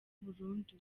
burundu